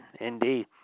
indeed